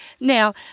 now